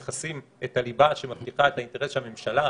הם מכסים את הליבה שמבטיחה את האינטרס שהממשלה,